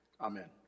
amen